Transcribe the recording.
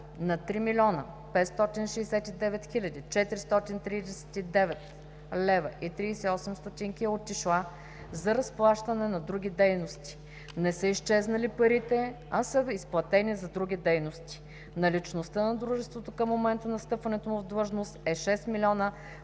на 3 млн. 569 хил. 439,38 лв. е отишла за разплащане на други дейности. Не са изчезнали парите, а са изплатени за други дейности. Наличността на дружеството към момента на встъпването му в длъжност е 6 млн.